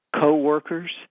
coworkers